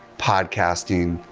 podcasting,